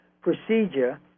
procedure